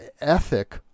ethic